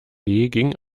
ging